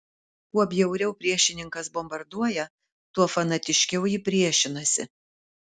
kuo bjauriau priešininkas bombarduoja tuo fanatiškiau ji priešinasi